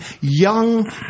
young